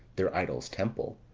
their idol's temple,